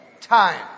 Time